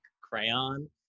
crayon